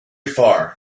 far